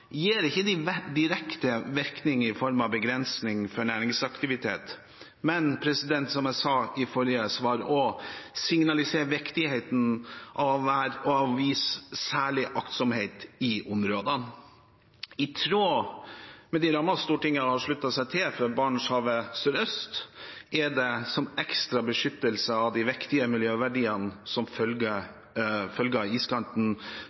gir ikke direkte virkning i form av begrensning for næringsaktivitet, men de – som jeg også sa i forrige svar – signaliserer viktigheten av å vise særlig aktsomhet i områdene. I tråd med de rammer Stortinget har sluttet seg til for Barentshavet sørøst, er det som ekstra beskyttelse av de viktige miljøverdiene som følger av iskanten,